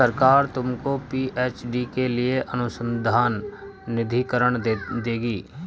सरकार तुमको पी.एच.डी के लिए अनुसंधान निधिकरण देगी